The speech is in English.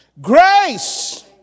Grace